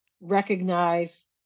Recognize